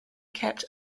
kept